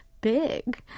Big